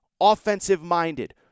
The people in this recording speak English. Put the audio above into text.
offensive-minded